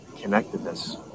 connectedness